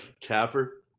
Capper